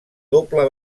doble